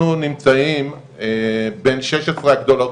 אנחנו נמצאים בין שש עשרה הגדולות,